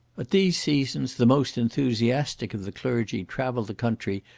at these seasons the most enthusiastic of the clergy travel the country,